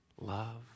love